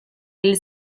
hil